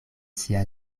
sia